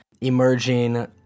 emerging